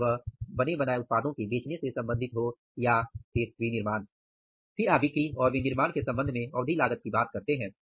फिर आप बिक्री और विनिर्माण के संबंध में अवधि लागत की बात करते हैं